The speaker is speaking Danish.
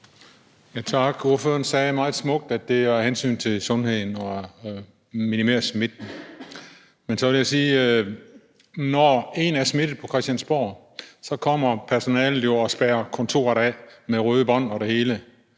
Tak. Ordføreren sagde meget smukt, at det er af hensyn til sundheden, at man skal minimere smitten. Men så vil jeg sige, at når en er smittet på Christiansborg, kommer personalet og spærrer kontoret af med røde bånd og det hele,